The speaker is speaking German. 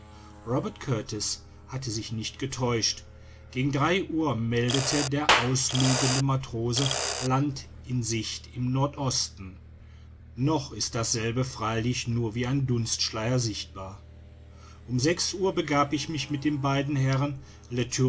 robert kurtis hatte sich nicht getäuscht gegen drei uhr meldete der auslugende matrose land in sicht im nordosten noch ist dasselbe freilich nur wie eine dunstschicht sichtbar um sechs uhr begab ich mich mit den beiden herren